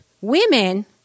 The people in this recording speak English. women